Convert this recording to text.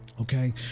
Okay